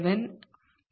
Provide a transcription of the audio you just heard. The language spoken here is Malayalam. ഇതാണ് ഉത്തരം